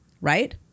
right